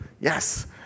Yes